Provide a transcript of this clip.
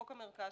בחוק המרכז,